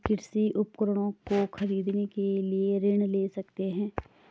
क्या हम कृषि उपकरणों को खरीदने के लिए ऋण ले सकते हैं?